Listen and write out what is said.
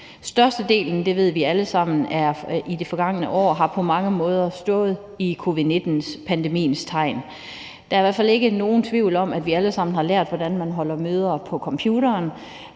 Størstedelen – det ved vi alle sammen – af det forgangne år har på mange måder stået i covid-19-pandemiens tegn. Der er i hvert fald ikke nogen tvivl om, at vi alle sammen har lært, hvordan man holder møder på computeren,